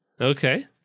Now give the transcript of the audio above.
okay